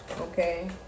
Okay